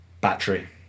Battery